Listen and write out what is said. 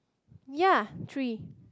ya three